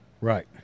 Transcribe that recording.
Right